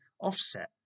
offset